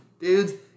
Dude